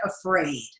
afraid